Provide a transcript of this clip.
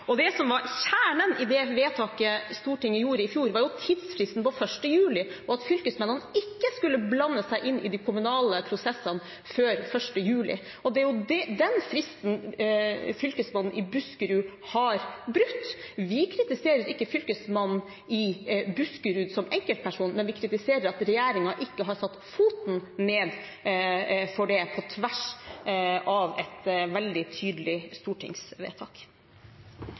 grunn. Det som var kjernen i det vedtaket Stortinget gjorde i fjor, var jo tidsfristen på 1. juli, at fylkesmennene ikke skulle blande seg inn i de kommunale prosessene før 1. juli. Og det er den fristen fylkesmannen i Buskerud har brutt. Vi kritiserer ikke fylkesmannen i Buskerud som enkeltperson, men vi kritiserer at regjeringen ikke har satt foten ned for det, på tvers av et veldig tydelig stortingsvedtak.